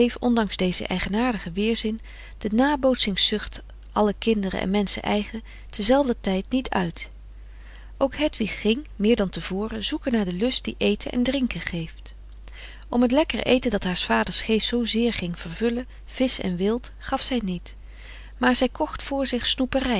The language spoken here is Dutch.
ondanks dezen eigenaardigen weerzin de nabootsings zucht allen kinderen en menschen eigen terzelfder tijd niet uit ook hedwig ging meer dan te voren zoeken naar de lust die eten en drinken geeft om het lekkere eten dat haars vaders geest zoo zeer ging vervullen visch en wild gaf zij niet maar zij kocht voor zich